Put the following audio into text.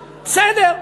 בסדר.